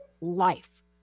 life